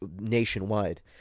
nationwide